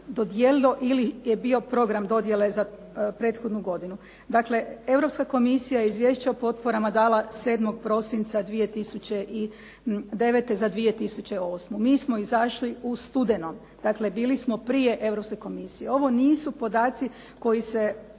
dodijelilo ili je bio program dodjele za prethodnu godinu. Dakle Europska Komisija je izvješće o potporama dala 7. prosinca 2009. za 2008. Mi smo izašli u studenom. Dakle bili smo prije Europske Komisije. Ovo nisu podaci koji se